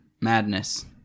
madness